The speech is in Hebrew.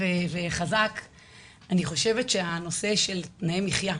כי אין מה לעשות וזה פשוט נורא ואני חושבת שלבוא ולהפלות,